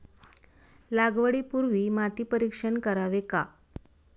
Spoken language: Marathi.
लागवडी पूर्वी माती परीक्षण करावे का?